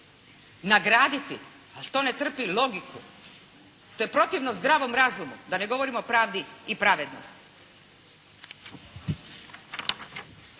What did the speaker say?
nagraditi, ali to ne trpi logiku. To je protivno zdravom razumu da ne govorimo o pravdi i pravednosti.